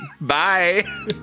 Bye